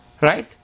Right